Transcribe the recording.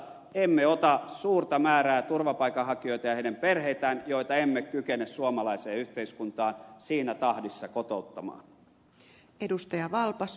emme ota suurta määrää turvapaikanhakijoita ja heidän perheitään joita emme kykene suomalaiseen yhteiskuntaan siinä tahdissa kotouttamaan